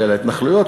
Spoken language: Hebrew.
כולל ההתנחלויות,